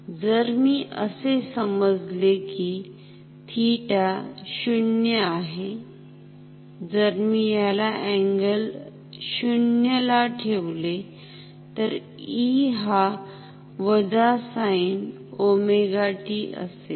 जर मी असे समजले कि थिटा 0 आहे जर मी याला अँगल 0 ला ठेवले तर E हा वजा sin omega t असेल